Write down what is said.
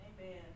Amen